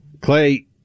Clay